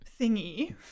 thingy